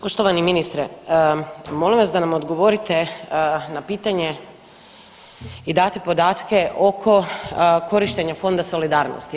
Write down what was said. Poštovani ministre molim vas da nam odgovorite na pitanje i date podatke oko korištenja Fonda solidarnosti.